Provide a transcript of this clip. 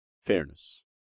Fairness